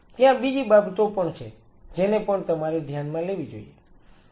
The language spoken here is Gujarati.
ત્યાં બીજી બાબતો પણ છે જેને પણ તમારે ધ્યાનમાં લેવી જોઈએ